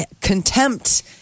contempt